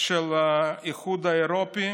של האיחוד האירופי,